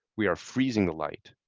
we are freezing the light